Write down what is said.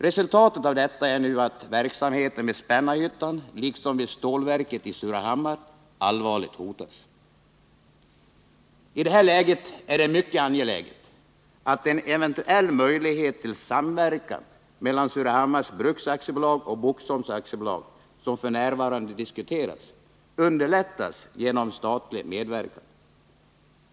Resultatet av detta är nu att verksamheten vid Spännarhyttan liksom vid stålverket i Surahammar allvarligt hotas. I detta läge är det mycket angeläget att en eventuell möjlighet till samverkan mellan Surahammars Bruks AB och Boxholms AB, som f.n. diskuteras, underlättas genom statlig medverkan.